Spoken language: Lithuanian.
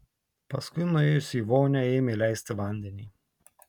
paskui nuėjusi į vonią ėmė leisti vandenį